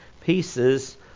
pieces